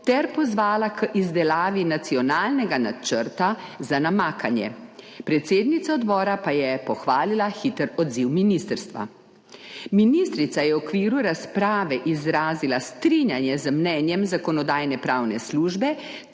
ter pozvala k izdelavi nacionalnega načrta za namakanje. Predsednica odbora pa je pohvalila hiter odziv ministrstva. Ministrica je v okviru razprave izrazila strinjanje z mnenjem Zakonodajno-pravne službe